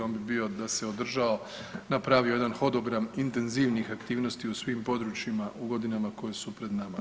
On bi bio da se održao napravio jedan hodogram intenzivnih aktivnosti u svim područjima u godinama koje su pred nama.